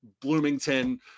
Bloomington